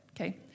okay